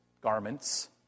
garments